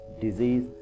disease